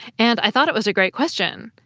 and i thought it was a great question.